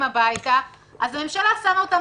את אסף וסרצוג,